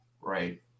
right